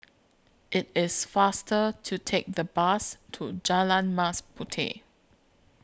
IT IS faster to Take The Bus to Jalan Mas Puteh